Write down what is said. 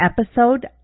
Episode